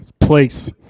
place